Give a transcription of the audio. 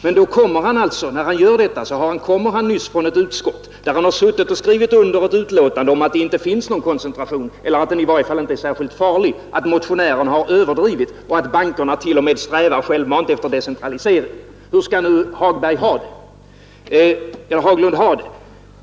Men när han gör detta kommer han just från ett utskott, där han har suttit och skrivit under ett betänkande om att det inte finns någon koncentration — eller att denna i varje fall inte är särskilt farlig — att motionärerna har överdrivit och att bankerna t.o.m. självmant strävar efter decentralisering. Hur skall nu herr Haglund ha det?